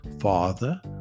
Father